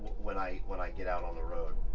when i when i get out on the road